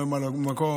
לא ממלא מקום.